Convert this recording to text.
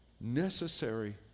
necessary